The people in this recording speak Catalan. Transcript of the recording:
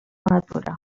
natura